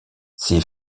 ses